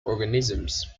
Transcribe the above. organisms